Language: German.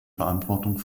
verantwortung